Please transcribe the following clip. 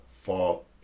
fall